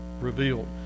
revealed